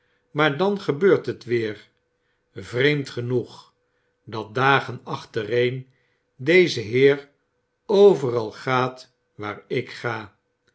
maar dan gebeurt het weer vreemd genoeg dat dagen achtereen deze heer overal gaat waar ik ga